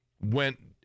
went